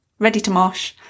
ReadyToMosh